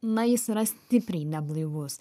na jis yra stipriai neblaivus